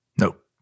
Nope